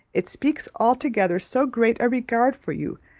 it speaks altogether so great a regard for you,